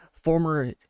former